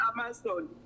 Amazon